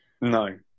No